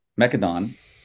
Mechadon